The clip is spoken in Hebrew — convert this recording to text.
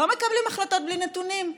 לא מקבלים החלטות בלי נתונים.